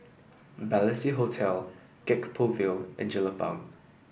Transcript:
Balestier Hotel Gek Poh Ville and Jelapang